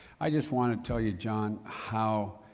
i just want to tell you, john, how,